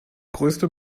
größte